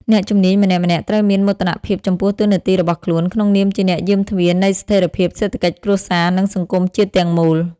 អ្នកជំនាញម្នាក់ៗត្រូវមានមោទនភាពចំពោះតួនាទីរបស់ខ្លួន ក្នុងនាមជាអ្នកយាមទ្វារនៃស្ថិរភាពសេដ្ឋកិច្ចគ្រួសារ និងសង្គមជាតិទាំងមូល។